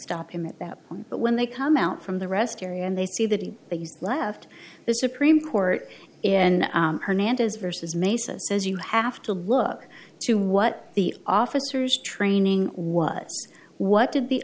stop him at that point but when they come out from the rest area and they see that he has left the supreme court and hernandez versus mesa says you have to look to what the officers training was what did the